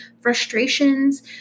frustrations